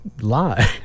lie